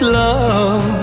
love